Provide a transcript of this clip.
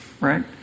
right